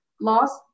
lost